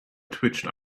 twitched